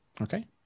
okay